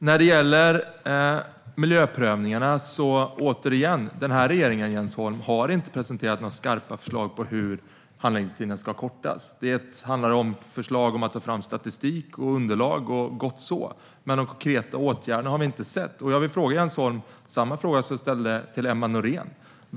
När det gäller miljöprövningarna säger jag återigen: Den här regeringen, Jens Holm, har inte presenterat några skarpa förslag på hur handläggningstiderna ska kortas. Det handlar om förslag om att ta fram statistik och underlag. Det är gott så, men de konkreta åtgärderna har vi inte sett. Jag vill ställa samma fråga till Jens Holm som jag ställde till Emma Nohrén.